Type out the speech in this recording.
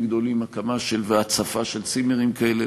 גדולים של הקמה והצפה של צימרים כאלה,